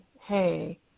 hey